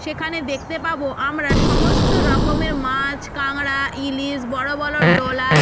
সেখানে দেখতে পাবো আমরা সমস্ত রকমের মাছ কাঁকড়া ইলিশ বড়ো বলো ডলার